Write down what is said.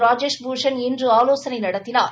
ராஜேஷ் பூஷன் இன்று ஆலோசனை நடத்தினார்